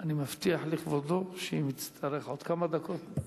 אני מבטיח לכבודו, שאם יצטרך עוד כמה דקות,